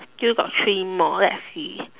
still got three more let's see